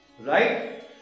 right